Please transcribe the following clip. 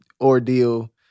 ordeal